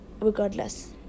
regardless